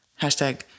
Hashtag